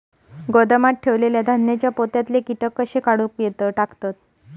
गोदामात ठेयलेल्या धान्यांच्या पोत्यातले कीटक कशे काढून टाकतत?